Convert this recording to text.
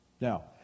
Now